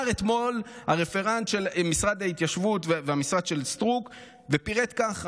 אתמול הרפרנט של משרד ההתיישבות והמשרד של סטרוק פירט ככה.